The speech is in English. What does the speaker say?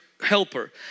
helper